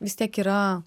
vis tiek yra